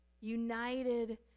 united